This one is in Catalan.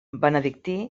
benedictí